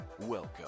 Welcome